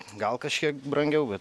gal kažkiek brangiau bet